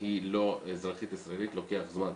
היא לא אזרחית ישראלית, לוקח זמן,